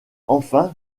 enfin